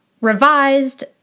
revised